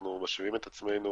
אנחנו משווים את עצמנו